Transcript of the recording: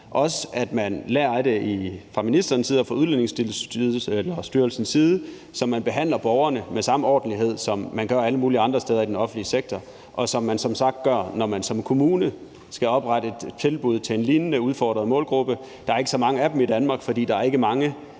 og at man fra ministeren og Udlændingestyrelsens side lærer af det, så man behandler borgerne med samme ordentlighed, som man gør alle mulige andre steder i den offentlige sektor, og som man som sagt gør, når man som kommune skal oprette et tilbud til en lignende udfordret målgruppe. Der er ikke så mange af dem i Danmark, for der er ikke mange,